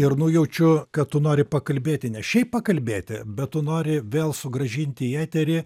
ir nujaučiu kad tu nori pakalbėti ne šiaip pakalbėti bet tu nori vėl sugrąžinti į eterį